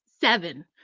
Seven